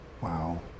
Wow